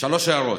שלוש הערות: